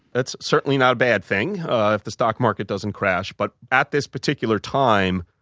that's certainly not a bad thing ah if the stock market doesn't crash. but at this particular time,